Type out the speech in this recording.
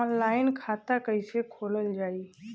Online खाता कईसे खोलल जाई?